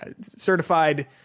certified